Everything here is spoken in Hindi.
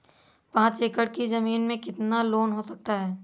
पाँच एकड़ की ज़मीन में कितना लोन हो सकता है?